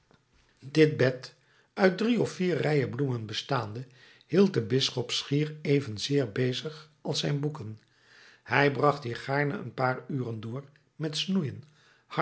dit bed uit drie of vier rijen bloemen bestaande hield den bisschop schier evenzeer bezig als zijn boeken hij bracht hier gaarne een paar uren door met snoeien